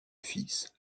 fils